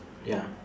ya